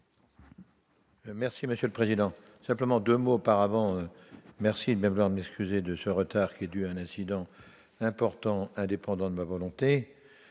Merci Monsieur le Président, simplement 2 mois auparavant, merci, même l'Lambesc et de ce retard est dû à un incident important indépendant de la volonté,